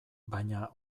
baina